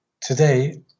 Today